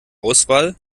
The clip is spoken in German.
auswahl